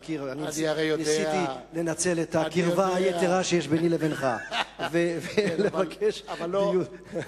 ניסיתי לנצל את הקרבה היתירה שיש ביני ובינך ולבקש דיון.